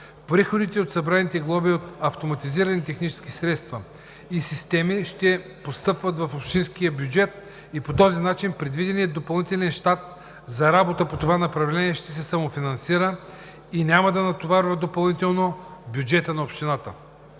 Приходите от събраните глоби от автоматизирани технически средства и системи ще постъпват в общинския бюджет и по този начин предвиденият допълнителен щат за работа по това направление ще се самофинансира и няма да натоварва допълнително бюджета на общината.